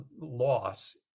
loss